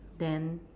then